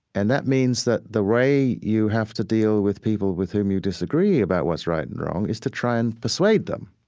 and that means that the way you have to deal with people with whom you disagree about what's right and wrong is to try and persuade them